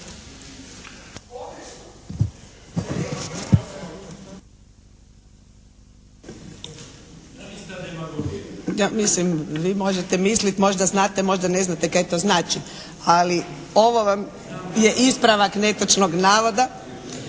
vam je ispravak netočnog navoda.